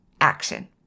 action